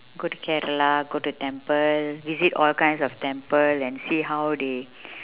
go to kerala go to temple visit all kinds of temple and see how they